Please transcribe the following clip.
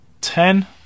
Ten